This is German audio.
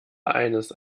eines